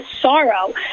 sorrow